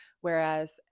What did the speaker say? Whereas